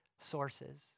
sources